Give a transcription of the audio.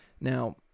now